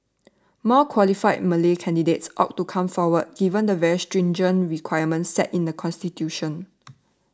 more qualified Malay candidates ought to come forward given the very stringent requirements set in the constitution